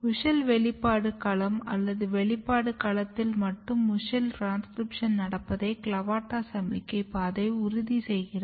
WUSCHEL வெளிப்பாடு களம் அல்லது வெளிப்பாடு களத்தில் மட்டும் WUSCHEL ட்ரான்ஸ்க்ரிப்ஷன் நடப்பதை CLAVATA சமிக்ஞை பாதை உறுதி செய்கிறது